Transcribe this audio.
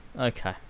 okay